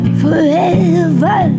forever